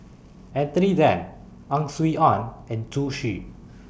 Anthony Then Ang Swee Aun and Zhu Xu